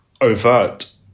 overt